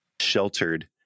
sheltered